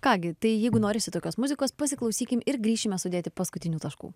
ką gi tai jeigu norisi tokios muzikos pasiklausykim ir grįšime sudėti paskutinių taškų